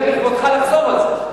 לכבודך אני הולך לחזור על זה.